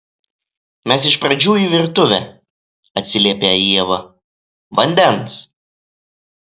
mes iš pradžių į virtuvę atsiliepia ieva vandens